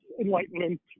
enlightenment